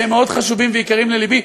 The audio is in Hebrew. שהם מאוד חשובים ויקרים ללבי,